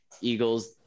Eagles